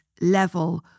level